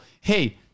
Hey